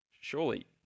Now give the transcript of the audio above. Surely